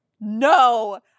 No